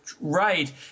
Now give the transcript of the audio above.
right